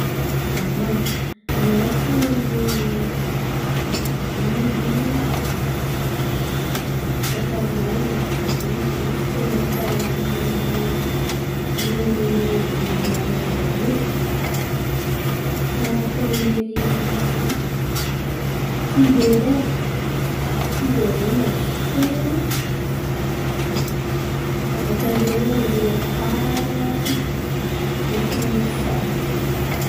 Ny haiko amin’ny biby mitoka-monin̈y ze tsy tIa, miaraka moniny amy rô biby namany àby àby io. Karà ataony iery tigira edy e tigira zo no azoko onon̈o aBòakaio irô leopara ndraiky orisy àby àby io.